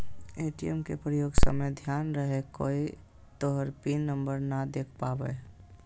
ATM के प्रयोग समय ध्यान रहे कोय तोहर पिन नंबर नै देख पावे